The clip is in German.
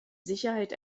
sicherheit